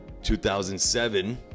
2007